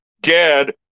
dead